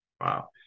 Wow